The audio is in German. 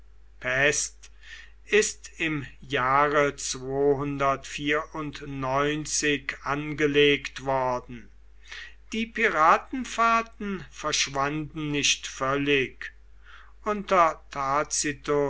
pest ist im jahre angelegt worden die piratenfahrten verschwanden nicht völlig unter